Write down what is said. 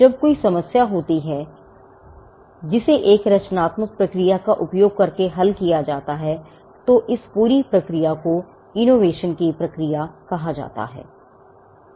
जब कोई समस्या होती है जिसे एक रचनात्मक प्रक्रिया का उपयोग करके हल किया जाता है तो इस पूरी प्रक्रिया को innovation की प्रक्रिया कहा जाता है